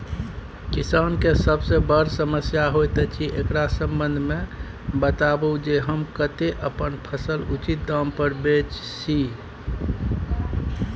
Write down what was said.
किसान के सबसे बर समस्या होयत अछि, एकरा संबंध मे बताबू जे हम कत्ते अपन फसल उचित दाम पर बेच सी?